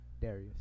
Darius